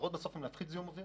המטרות הן להפחית בזיהום אוויר